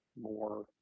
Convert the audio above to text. more